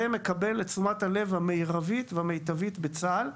זה מקבל את תשומת הלב המרבית ומיטבית בצה"ל.